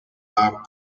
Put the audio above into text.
are